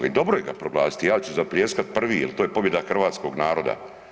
I dobro je ga proglasiti, ja ću zapljeskat prvi jer to je pobjeda hrvatskog naroda.